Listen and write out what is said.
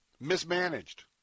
mismanaged